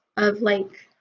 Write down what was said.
of like